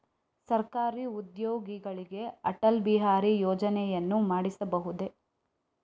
ಸರಕಾರಿ ಉದ್ಯೋಗಿಗಳಿಗೆ ಅಟಲ್ ಬಿಹಾರಿ ಯೋಜನೆಯನ್ನು ಮಾಡಿಸಬಹುದೇ?